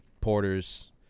Porters